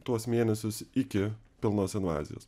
tuos mėnesius iki pilnos invazijos